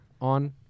on